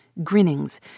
grinnings